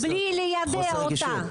חוסר רגישות.